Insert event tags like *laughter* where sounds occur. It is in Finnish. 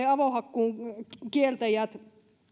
*unintelligible* avohakkuun kieltäjät